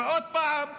ועוד פעם,